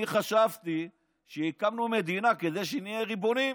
אני חשבתי שהקמנו מדינה כדי שנהיה ריבוניים,